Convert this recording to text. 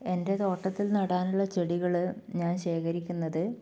എൻ്റെ തോട്ടത്തിൽ നടാനുള്ള ചെടികൾ ഞാൻ ശേഖരിക്കുന്നത്